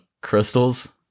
crystals